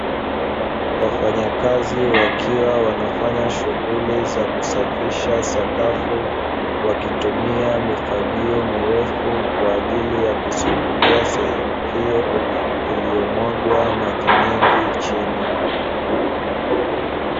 Wafanyakazi wakiwa wanafanya shughuli za kusafisha sakafu, wakitumia mifagio mirefu kwa ajili ya kusugulia sehemu hiyo iliyomwagwa maji mengi chini.